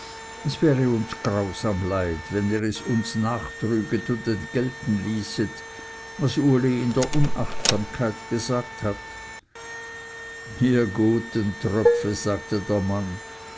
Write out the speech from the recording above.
es wäre uns grausam leid wenn ihr es uns nachtrüget und entgelten ließet was uli in der unachtsamkeit gesagt hat ihr guten tröpfe sagte der mann